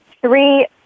three